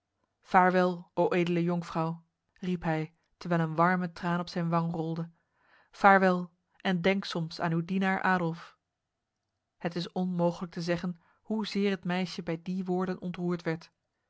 vaarwel o edele jonkvrouw nep hij terwijl een warme traan op zijn wang rolde vaarwel en denk soms aan uw dienaar adolf het is onmogelijk te zeggen hoezeer het meisje bij die woorden ontroerd werd